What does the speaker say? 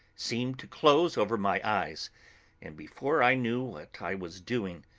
seemed to close over my eyes and before i knew what i was doing,